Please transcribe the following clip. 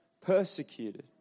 persecuted